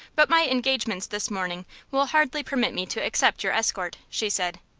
but my engagements this morning will hardly permit me to accept your escort, she said.